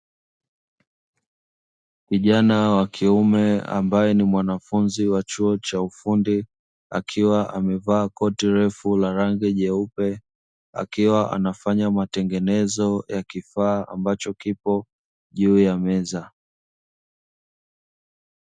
Kijana wa kiume ambae ni mwanafunzi wa chuo cha ufundi, akiwa amevaa koti refu la rangi nyeupe, akiwa anafanya matengenezo ya kifaa ambacho kipo juu ya meza.